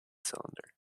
cylinder